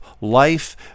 life